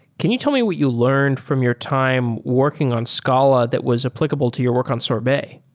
can you tell me what you learned from your time working on scala that was applicable to your work on sorbet?